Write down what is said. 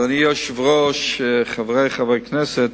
אדוני היושב-ראש, חברי חברי הכנסת,